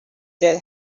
that